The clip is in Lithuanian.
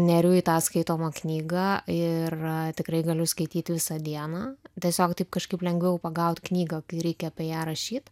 neriu į tą skaitomą knygą ir tikrai galiu skaityti visą dieną tiesiog taip kažkaip lengviau pagaut knygą kai reikia apie ją rašyt